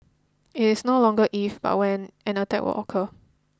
it's no longer if but when an attack would occur